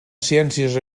ciències